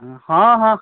हँ हँ